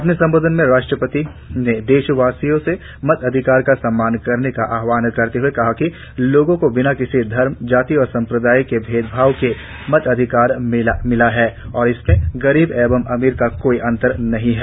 अपने संबोधन में राष्ट्रपति ने देशवासियों से मताधिकार का सम्मान करने का आहवान करते हए कहा कि लोगों को बिना किसी धर्म जाति और संप्रदाय के भेदभाव के मताधिकार मिला है और इसमें गरीब एवं अमीर का कोई अंतर नहीं है